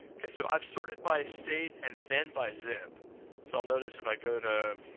okay, so i've sorted by state and then by zip so i'll notice if i go to